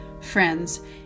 friends